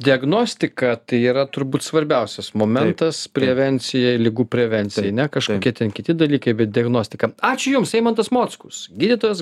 diagnostika tai yra turbūt svarbiausias momentas prevencijai ligų prevencijai ne kažkokie ten kiti dalykai bet diagnostika ačiū jums eimantas mockus gydytojas